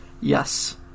Yes